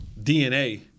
DNA